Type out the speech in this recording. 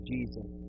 Jesus